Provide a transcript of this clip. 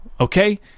Okay